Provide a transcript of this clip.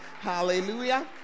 Hallelujah